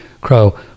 crow